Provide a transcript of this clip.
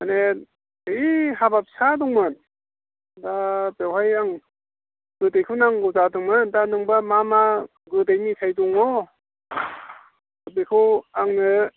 माने ओइ हाबा फिसा दंमोन दा बेवहाय आं गोदैखौ नांगौ जादोंमोन दा नोंबा मा मा गोदै मेथाय दङ बेखौ आङो